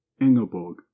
Ingeborg